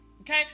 Okay